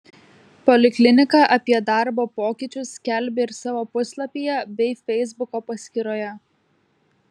poliklinika apie darbo pokyčius skelbia ir savo puslapyje bei feisbuko paskyroje